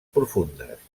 profundes